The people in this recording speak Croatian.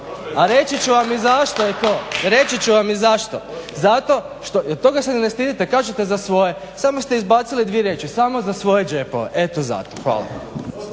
A reći ću vam i zašto je to, reći ću vam i zašto. Zato, toga se ne stidite, kažete za svoje, samo ste izbacili dvije riječi, samo za svoje džepove. Eto zato. Hvala.